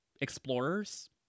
explorers